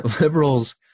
liberals